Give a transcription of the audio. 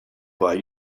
buy